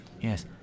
Yes